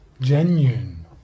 genuine